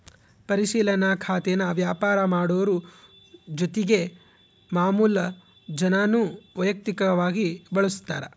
ಪರಿಶಿಲನಾ ಖಾತೇನಾ ವ್ಯಾಪಾರ ಮಾಡೋರು ಜೊತಿಗೆ ಮಾಮುಲು ಜನಾನೂ ವೈಯಕ್ತಕವಾಗಿ ಬಳುಸ್ತಾರ